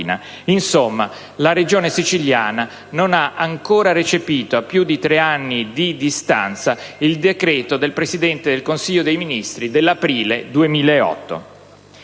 dire che la Regione Siciliana non ha ancora recepito, a più di tre anni di distanza, il decreto del Presidente del Consiglio dei ministri dell'aprile 2008.